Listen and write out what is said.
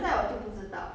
!huh!